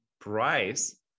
price